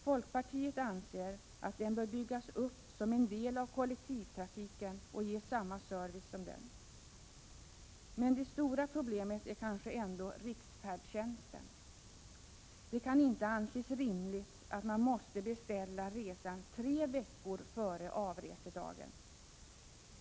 Folkpartiet anser att den bör byggas upp som en del av kollektivtrafiken och ge samma service som den. Men det stora problemet är kanske ändå riksfärdtjänsten. Det kan inte anses rimligt att man måste beställa sin resa tre veckor före avresedagen.